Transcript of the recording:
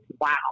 wow